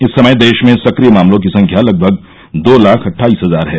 इस समय देश में सक्रिय मामलों की संख्या लगभग दो लाख अट्गईस हजार है